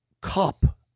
cup